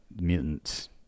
mutants